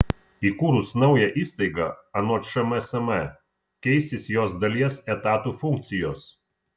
įkūrus naują įstaigą anot šmsm keisis jos dalies etatų funkcijos